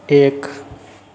एक